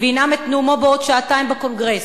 וינאם את נאומו בעוד שעתיים בקונגרס.